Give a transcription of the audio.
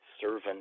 servant